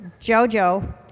Jojo